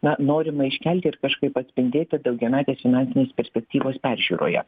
na norima iškelti ir kažkaip atspindėti daugiametės finansinės perspektyvos peržiūroje